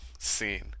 Scene